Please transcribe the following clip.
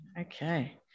Okay